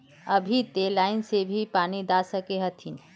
अभी ते लाइन से भी पानी दा सके हथीन?